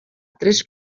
tres